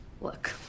Look